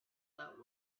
that